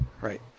Right